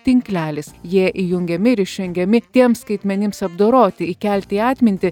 tinklelis jie įjungiami ir išjungiami tiems skaitmenims apdoroti įkelti į atmintį